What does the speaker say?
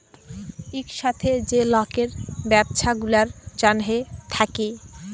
ইকসাথে যে লকের ব্যবছা গুলার জ্যনহে থ্যাকে